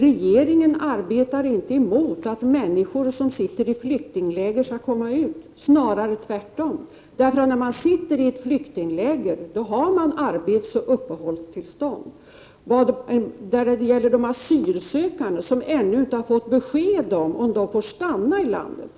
Regeringen arbetar inte mot att människor som sitter i flyktingläger skall komma ut i arbete, snarare tvärtom. De som sitter i ett flyktingläger har arbetsoch uppehållstillstånd. De asylsökande, som ännu inte har fått besked om de får stanna i landet